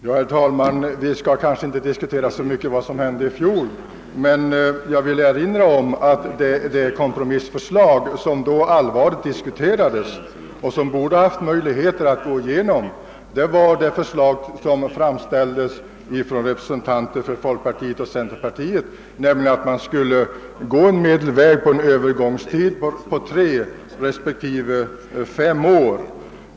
Herr talman! Vi skall kanske inte så mycket diskutera vad som hände i fjol, men jag vill erinra om att det kompromissförslag som då allvarligt diskuterades och som borde ha haft möjlighet att gå igenom var det förslag som framställts av representanter för folkpartiet och centerpartiet, innebärande att man skulle gå en medelväg och välja en övergångstid på tre respektive fem år.